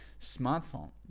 smartphone